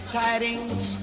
tidings